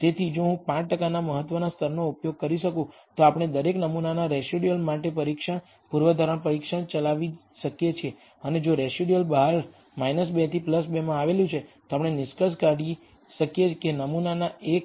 તેથી જો હું 5 ટકાના મહત્વના સ્તરનો ઉપયોગ કરી શકું તો આપણે દરેક નમૂનાના રેસિડયુઅલ માટે પરીક્ષણ પૂર્વધારણા પરીક્ષણ ચલાવી શકીએ છીએ અને જો રેસિડયુઅલ બહાર 2 થી 2 માં આવેલું છે તો આપણે નિષ્કર્ષ કાઢી શકીએ કે નમૂના એક